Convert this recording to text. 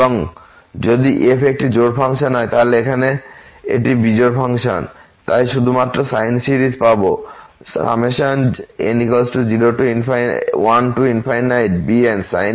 এবং যদি f একটি জোড় ফাংশন হয় তাহলে এটি এখানে বিজোড় ফাংশন আমরা শুধুমাত্র সাইন সিরিজ পাব n1bnsin nπxL